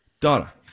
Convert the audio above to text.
Donna